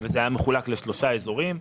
וזה היה מחולק לשלושה אזורים.